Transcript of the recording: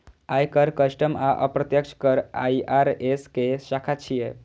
आयकर, कस्टम आ अप्रत्यक्ष कर आई.आर.एस के शाखा छियै